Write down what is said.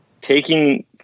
taking